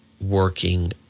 working